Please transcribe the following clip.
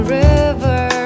river